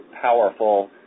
powerful